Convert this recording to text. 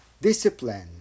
discipline